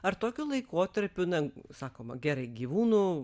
ar tokiu laikotarpiu na sakoma gerai gyvūnų